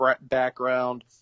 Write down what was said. background